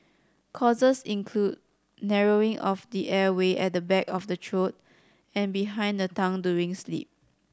causes include narrowing of the airway at the back of the throat and behind the tongue during sleep